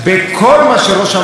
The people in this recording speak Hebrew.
תראו,